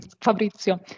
Fabrizio